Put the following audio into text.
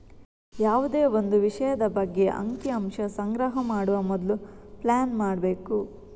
ಯಾವುದೇ ಒಂದು ವಿಷಯದ ಬಗ್ಗೆ ಅಂಕಿ ಅಂಶ ಸಂಗ್ರಹ ಮಾಡುವ ಮೊದ್ಲು ಪ್ಲಾನ್ ಮಾಡ್ಬೇಕು